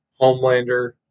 Homelander